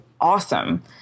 awesome